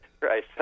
Right